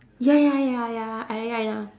ya ya ya ya I I know